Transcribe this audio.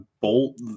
bolt